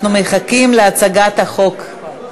אנחנו מחכים להצגת החוק.